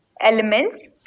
elements